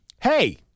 Hey